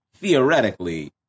theoretically